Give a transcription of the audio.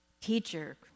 teacher